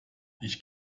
ich